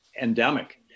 endemic